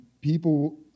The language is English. people